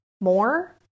more